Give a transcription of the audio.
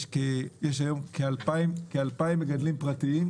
יש היום כ-2,000 מגדלים פרטיים,